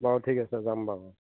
বাৰু ঠিক আছে যাম বাৰু